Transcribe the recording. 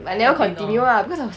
I never continue ah because I